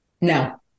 No